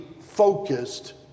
focused